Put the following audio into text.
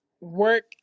work